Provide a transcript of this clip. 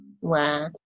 Wow